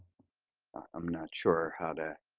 um not sure how to